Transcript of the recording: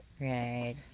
Right